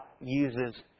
uses